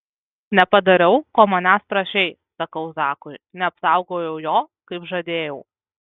nepadariau ko manęs prašei sakau zakui neapsaugojau jo kaip žadėjau